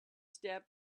step